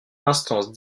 instance